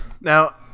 Now